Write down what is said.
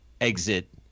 exit